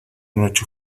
noche